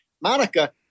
Monica